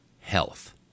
health